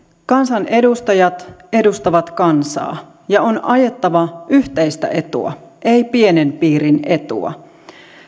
kansanedustajat edustavat kansaa ja on ajettava yhteistä etua ei pienen piirin etua